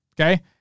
Okay